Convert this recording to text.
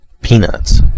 peanuts